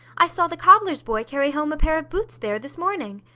i saw the cobbler's boy carry home a pair of boots there this morning.